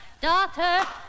daughter